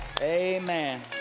amen